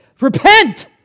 Repent